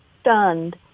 stunned